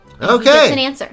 Okay